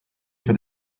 for